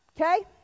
okay